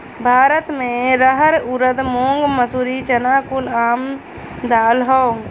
भारत मे रहर ऊरद मूंग मसूरी चना कुल आम दाल हौ